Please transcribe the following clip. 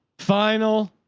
final,